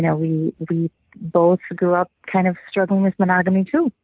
yeah we we both grew up kind of struggling with monogamy too.